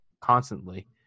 constantly